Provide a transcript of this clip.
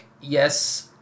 yes